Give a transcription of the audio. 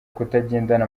kutagendana